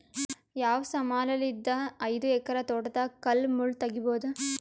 ಯಾವ ಸಮಾನಲಿದ್ದ ಐದು ಎಕರ ತೋಟದಾಗ ಕಲ್ ಮುಳ್ ತಗಿಬೊದ?